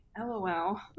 Lol